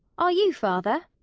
are you, father?